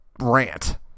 rant